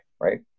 right